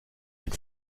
den